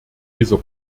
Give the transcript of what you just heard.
dieser